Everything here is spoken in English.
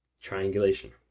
Triangulation